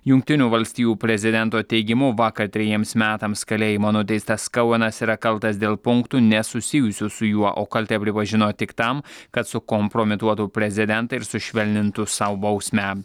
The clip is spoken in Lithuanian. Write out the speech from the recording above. jungtinių valstijų prezidento teigimu vakar trejiems metams kalėjimo nuteistas kauenas yra kaltas dėl punktų nesusijusių su juo o kaltę pripažino tik tam kad sukompromituotų prezidentą ir sušvelnintų sau bausmę